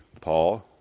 Paul